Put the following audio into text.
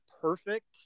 perfect